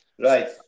Right